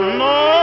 no